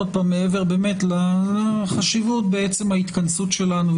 מעבר לחשיבות בעצם ההתכנסות שלנו,